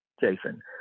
Jason